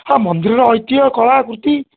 ହଁ ମନ୍ଦିରର ଐତିହ୍ୟ କଳାକୃତ୍ତି